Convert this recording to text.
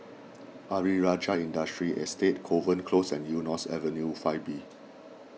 Ayer Rajah Industrial Estate Kovan Close and Eunos Avenue five B